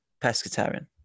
Pescatarian